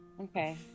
Okay